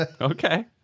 okay